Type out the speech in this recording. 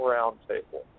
Roundtable